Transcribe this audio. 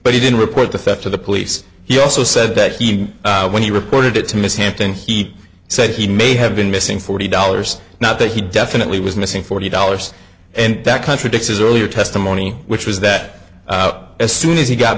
but he didn't report the theft to the police he also said that when he reported it to miss hampton he said he may have been missing forty dollars not that he definitely was missing forty dollars and that contradicts his earlier testimony which was that as soon as he got